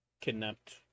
kidnapped